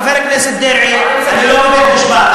חבר הכנסת דרעי, אני לא בבית-משפט.